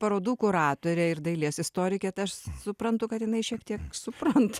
parodų kuratorė ir dailės istorikė tai aš suprantu kad jinai šiek tiek supranta